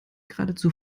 geradezu